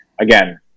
Again